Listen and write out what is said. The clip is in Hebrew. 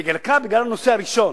בעיקר בגלל הנושא הראשון,